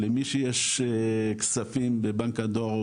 למי שיש כספים בבנק הדואר,